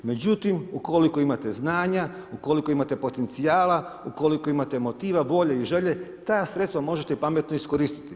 Međutim, ukoliko imate znanja, ukoliko imate potencijala, ukoliko imate motiva, volje i želje ta sredstva možete pametno iskoristiti.